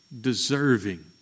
deserving